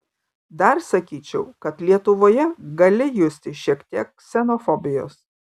dar sakyčiau kad lietuvoje gali justi šiek tiek ksenofobijos